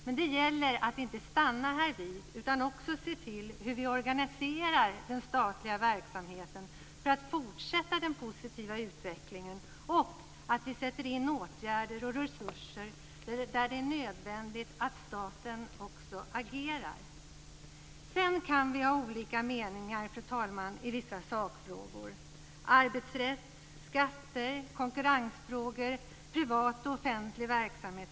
Men det gäller att inte stanna härvid utan att också se till hur vi organiserar den statliga verksamheten för att fortsätta den positiva utvecklingen och att sätta in åtgärder och resurser där det är nödvändigt att staten också agerar. Fru talman! Sedan kan vi ha olika meningar i vissa sakfrågor, t.ex. arbetsrätt, skatter, konkurrensfrågor, privat och offentlig verksamhet.